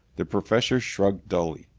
the professor shrugged dully,